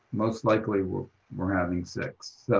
most likely we're we're having six,